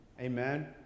Amen